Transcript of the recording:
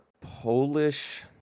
Polish